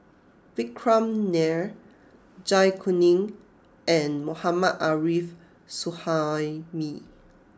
Vikram Nair Zai Kuning and Mohammad Arif Suhaimi